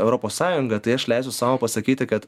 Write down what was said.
europos sąjunga tai aš leisiu sau pasakyti kad